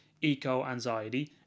eco-anxiety